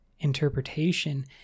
Interpretation